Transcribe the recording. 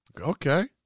Okay